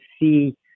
see